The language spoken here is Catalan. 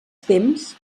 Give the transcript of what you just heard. temps